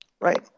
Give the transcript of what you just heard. Right